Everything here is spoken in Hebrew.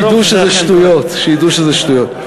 ושידעו שזה שטויות, שידעו שזה שטויות.